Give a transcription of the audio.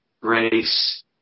grace